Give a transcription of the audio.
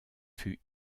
fut